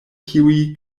kiuj